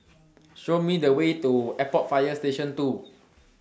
Show Me The Way to Airport Fire Station two